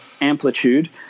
amplitude